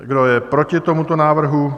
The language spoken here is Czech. Kdo je proti tomuto návrhu?